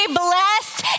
blessed